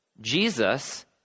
Jesus